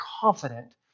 confident